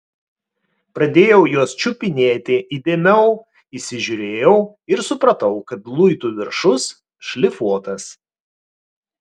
pradėjau juos čiupinėti įdėmiau įsižiūrėjau ir supratau kad luitų viršus šlifuotas